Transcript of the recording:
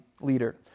leader